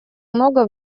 много